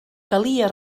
calia